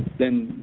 then